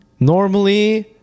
Normally